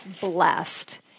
blessed